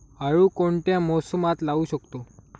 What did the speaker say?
आळू कोणत्या मोसमात लावू शकतो?